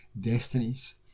destinies